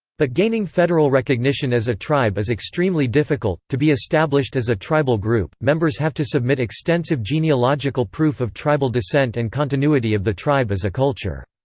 but gaining federal recognition as a tribe is extremely difficult to be established as a tribal group, members have to submit extensive genealogical proof of tribal descent and continuity of the tribe as a culture.